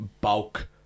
bulk